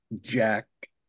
Jack